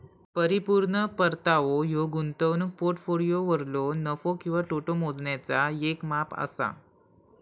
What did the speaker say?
परिपूर्ण परतावो ह्यो गुंतवणूक पोर्टफोलिओवरलो नफो किंवा तोटो मोजण्याचा येक माप असा